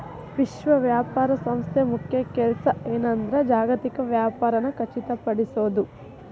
ವಿಶ್ವ ವ್ಯಾಪಾರ ಸಂಸ್ಥೆ ಮುಖ್ಯ ಕೆಲ್ಸ ಏನಂದ್ರ ಜಾಗತಿಕ ವ್ಯಾಪಾರನ ಖಚಿತಪಡಿಸೋದ್